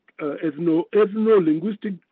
ethno-linguistic